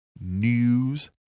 news